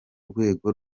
rwego